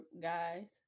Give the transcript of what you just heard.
guys